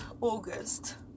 August